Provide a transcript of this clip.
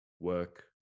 work